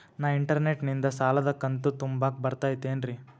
ನಾ ಇಂಟರ್ನೆಟ್ ನಿಂದ ಸಾಲದ ಕಂತು ತುಂಬಾಕ್ ಬರತೈತೇನ್ರೇ?